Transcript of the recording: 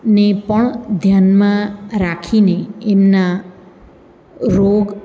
ને પણ ધ્યાનમાં રાખીને એમના રોગ